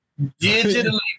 Digitally